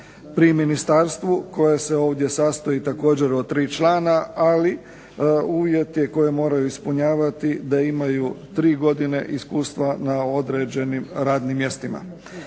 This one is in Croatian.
pri ministarstvu koje se ovdje sastoji također od tri člana, ali uvjeti koje moraju ispunjavati da imaju tri godine iskustva na određenim radnim mjestima.